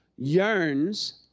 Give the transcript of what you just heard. yearns